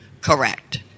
Correct